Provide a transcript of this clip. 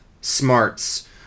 smarts